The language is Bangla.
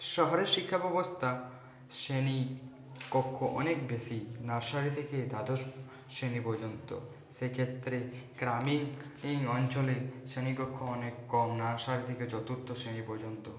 শহরের শিক্ষাব্যবস্থা শ্রেণী কক্ষ অনেক বেশি নার্সারি থেকে দ্বাদশ শ্রেণী পর্যন্ত সেক্ষেত্রে গ্রামীণ এই অঞ্চলে শ্রেণিকক্ষ অনেক কম নার্সারি থেকে চতুর্থ শ্রেণী পর্যন্ত